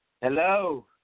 Hello